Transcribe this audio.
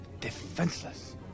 defenseless